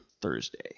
thursday